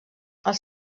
els